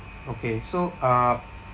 okay so uh